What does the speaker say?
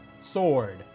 sword